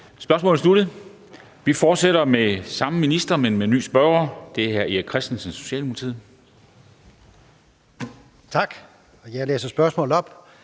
Spørgsmålet er sluttet. Vi fortsætter med samme minister, men med ny spørger. Det er hr. Erik Christensen, Socialdemokratiet. Kl. 16:38 Spm. nr.